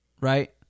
right